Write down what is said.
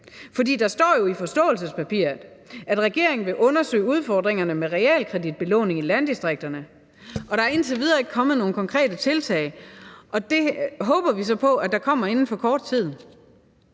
For der står jo i forståelsespapiret, at regeringen vil undersøge udfordringerne med realkreditbelåning i landdistrikterne, og der er indtil videre ikke kommet nogen konkrete tiltag. Det håber vi så på der kommer inden for kort tid.